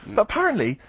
but apparently,